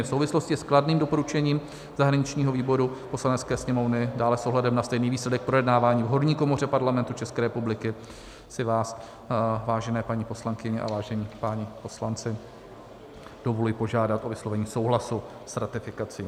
V souvislosti s kladným doporučením zahraničního výboru Poslanecké sněmovny, dále s ohledem na stejný výsledek projednávání v horní komoře Parlamentu České republiky si vás, vážené paní poslankyně a vážení páni poslanci, dovoluji požádat o vyslovení souhlasu s ratifikací.